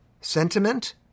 sentiment